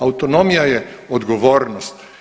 Autonomija je odgovornost.